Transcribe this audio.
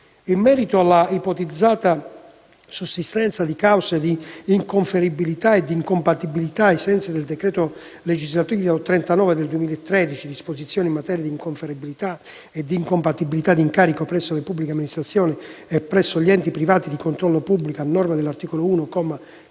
In merito all'ipotizzata sussistenza di cause di inconferibilità e di incompatibilità, ai sensi del decreto legislativo n. 39 del 2013 «Disposizioni in materia di inconferibilità e incompatibilità di incarichi presso le pubbliche amministrazioni e presso gli enti privati in controllo pubblico», a norma dell'articolo 1,